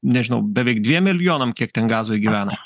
nežinau beveik dviem milijonam kiek ten gazoj gyvena